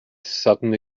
sudden